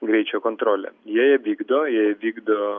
greičio kontrolė jie ją vykdo jie ją vykdo